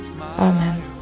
Amen